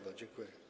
Dziękuję.